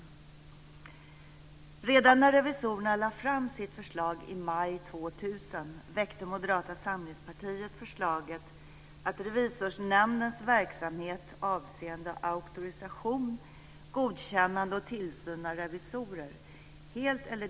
Redan i maj 2000 när revisorerna lade fram sitt förslag väckte Moderata samlingspartiet förslaget om att helt eller delvis privatisera Revisorsnämndens verksamhet avseende auktorisation, godkännande och tillsyn.